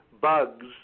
bugs